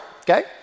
okay